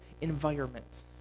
environment